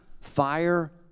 fire